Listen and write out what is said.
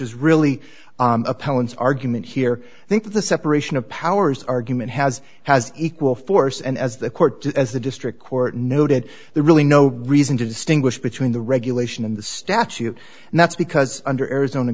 is really appellants argument here i think the separation of powers argument has has equal force and as the court the district court noted there really no reason to distinguish between the regulation and the statute and that's because under arizona